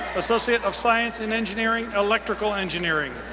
associate of science in engineering, electrical engineering.